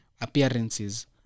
appearances